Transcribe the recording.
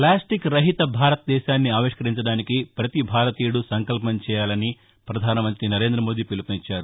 plastic రహిత భారతదేశాన్ని ఆవిష్టరించడానికి పతి భారతీయుడూ సంకల్పం చేయాలని ప్రధానమంత్రి నరేంద్ర మోదీ పిలుపునిచ్చారు